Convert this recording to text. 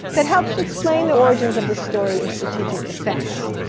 that helps to explain the origins of the story in strategic defence,